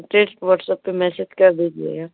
WhatsApp पर message कर दीजिए